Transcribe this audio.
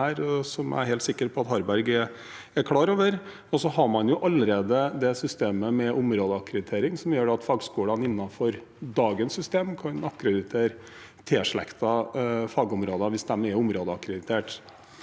her, som jeg er helt sikker på at Harberg er klar over. Så har man jo allerede systemet med områdeakkreditering, som gjør at fagskolene innenfor dagens system kan akkreditere tilslektede fagområder hvis de er områdeakkreditert.